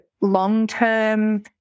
long-term